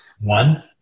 One